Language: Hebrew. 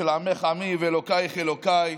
של עמך עמי ואלוקייך אלוקיי.